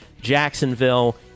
Jacksonville